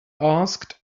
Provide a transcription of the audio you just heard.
asked